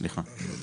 סליחה.